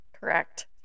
correct